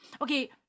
Okay